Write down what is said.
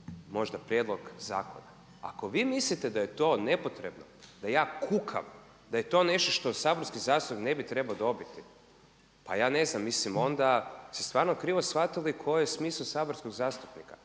možda prijedlog zakona. Ako vi mislite da je to nepotrebno da ja kukam da je to nešto što saborski zastupnik ne bi trebao dobiti. Pa ja ne znam, mislim onda ste stvarno krivo shvatili koji je smisao saborskog zastupnika.